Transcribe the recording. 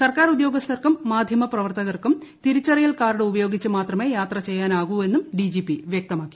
സർക്കാർ ഉദ്യോഗസ്ഥർക്കും മാധ്യമ പ്രവർത്തകർക്കും തിരിച്ചറിയൽ കാർഡ് ഉപയോഗിച്ച് മാത്രമേ യാത്ര ചെയ്യാനാകൂവെന്നും ഡിജിപി വൃക്തമാക്കി